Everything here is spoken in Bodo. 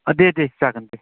दे दे जागोन दे